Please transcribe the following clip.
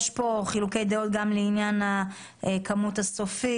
יש פה חילוקי דעות גם לעניין הכמות הסופית,